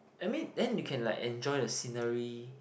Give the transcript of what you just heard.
I mean then you can like enjoy the scenery